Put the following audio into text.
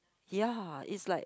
ya is like